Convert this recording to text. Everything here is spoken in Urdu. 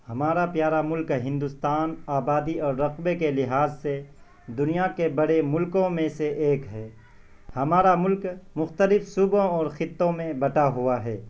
ہمارا پیارا ملک ہندوستان آبادی اور رقبے کے لحاظ سے دنیا کے بڑے ملکوں میں سے ایک ہے ہمارا ملک مختلف صوبوں اور خطوں میں بٹا ہوا ہے